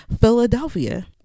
Philadelphia